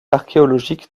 archéologique